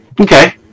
Okay